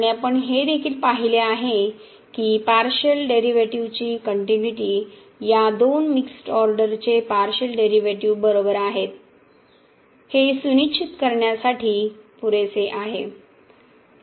आणि आपण हे देखील पाहिले आहे की पार्शिअल डेरीवेटीवची कनट्युनीटी या दोन मिक्स्ड ऑर्डरचे पार्शिअल डेरिव्हेटिव्ह समान आहेत हे सुनिश्चित करण्यासाठी पुरेसे आहे